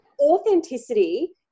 Authenticity